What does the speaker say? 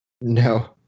No